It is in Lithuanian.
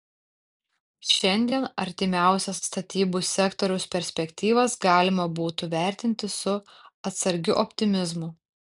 šiandien artimiausias statybų sektoriaus perspektyvas galima būtų vertinti su atsargiu optimizmu